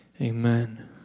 Amen